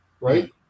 right